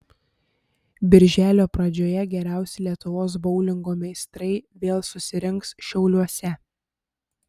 birželio pradžioje geriausi lietuvos boulingo meistrai vėl susirinks šiauliuose